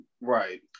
Right